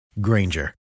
Granger